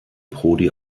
prodi